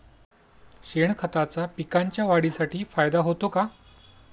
शेणखताचा पिकांच्या वाढीसाठी फायदा होतो का?